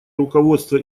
руководство